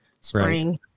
spring